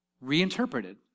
reinterpreted